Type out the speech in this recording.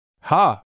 Ha